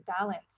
balance